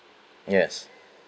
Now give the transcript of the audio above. yes